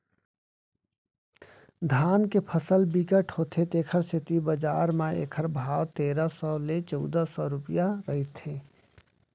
धान के फसल बिकट होथे तेखर सेती बजार म एखर भाव तेरा सव ले चउदा सव रूपिया रहिथे